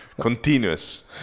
continuous